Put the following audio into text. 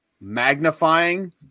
magnifying